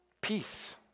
Peace